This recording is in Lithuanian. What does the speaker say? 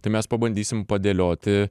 tai mes pabandysim padėlioti